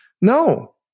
No